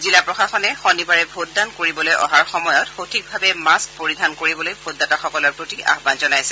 জিলা প্ৰশাসনে শনিবাৰে ভোটদান কৰিবলৈ অহাৰ সময়ত সঠিকভাৱে মাস্ক পৰিধান কৰিবলৈ ভোটদাতাসকলৰ প্ৰতি আহান জনাইছে